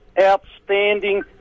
outstanding